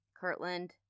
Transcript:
kirtland